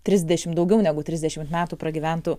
trisdešimt daugiau negu trisdešimt metų pragyventų